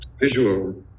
visual